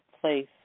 place